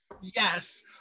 yes